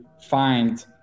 find